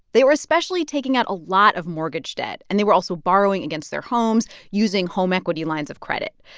they were especially taking out a lot of mortgage debt. and they were also borrowing against their homes, using home equity lines of credit.